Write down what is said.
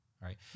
right